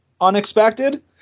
unexpected